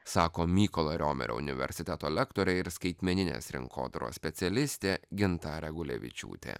sako mykolo romerio universiteto lektorė ir skaitmeninės rinkodaros specialistė gintarė gulevičiūtė